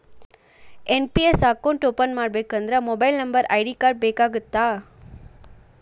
NPS account open ಮಾಡಬೇಕಂದ್ರ mobile number ID card ಬೇಕಾಗತ್ತಾ?